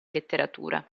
letteratura